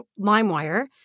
LimeWire